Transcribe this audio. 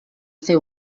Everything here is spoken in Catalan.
fer